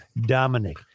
Dominic